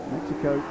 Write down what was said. Mexico